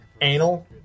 anal